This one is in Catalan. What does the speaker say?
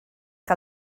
que